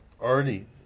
Already